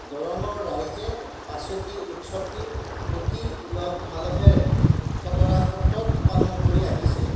দৰঙৰ ৰাইজে পঁচতি উৎসৱটি অতি উলহ মালহৰে খটৰা সত্ৰত পালন কৰি আহিছে